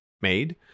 made